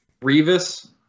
Revis